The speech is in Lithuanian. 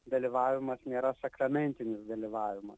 dalyvavimas nėra sakramentinis dalyvavimas